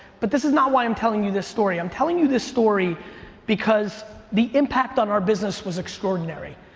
but this is not why i'm telling you this story. i'm telling you this story because the impact on our business was extraordinary,